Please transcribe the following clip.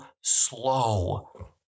slow